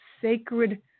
sacred